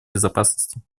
безопасности